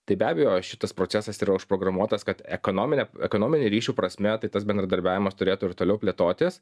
tai be abejo šitas procesas yra užprogramuotas kad ekonomine ekonominių ryšių prasme tai tas bendradarbiavimas turėtų ir toliau plėtotis